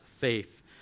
faith